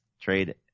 trade